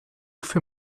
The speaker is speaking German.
für